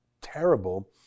terrible